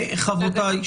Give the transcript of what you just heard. חברותיי,